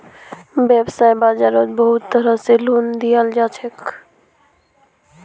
वैव्साय बाजारोत बहुत तरह से लोन दियाल जाछे